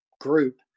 group